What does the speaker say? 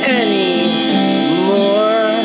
anymore